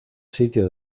sitio